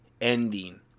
ending